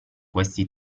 questi